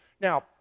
Now